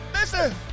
listen